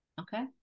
Okay